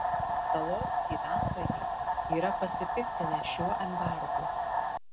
salos gyventojai yra pasipiktinę šiuo embargu